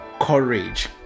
Courage